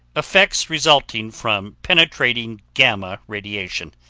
effects resulting from penetrating gamma radiation.